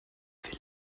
wille